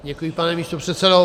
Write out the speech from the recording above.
Děkuji, pane místopředsedo.